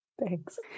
Thanks